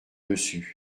dessus